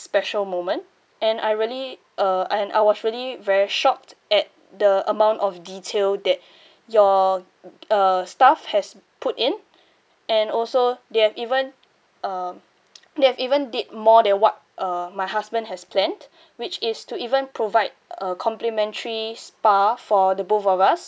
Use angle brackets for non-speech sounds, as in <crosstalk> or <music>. special moment and I really uh and I was really very shocked at the amount of detail that your uh staff has put in and also they have even uh <noise> they have even did more than what uh my husband has planned which is to even provide a complimentary spa for the both of us